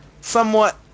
somewhat